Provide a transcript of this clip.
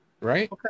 Right